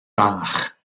bach